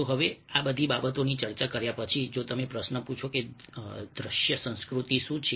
તો હવે આ બધી બાબતોની ચર્ચા કર્યા પછી જો તમે પ્રશ્ન પૂછો કે દ્રશ્ય સંસ્કૃતિ શું છે